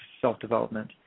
self-development